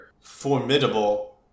formidable